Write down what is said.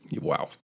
Wow